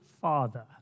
Father